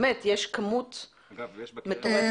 יש כמות מטורפת.